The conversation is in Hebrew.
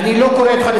אל תזרקו את זה